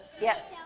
Yes